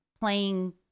playing